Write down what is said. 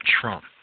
Trump